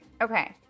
Okay